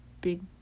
big